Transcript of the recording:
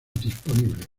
disponibles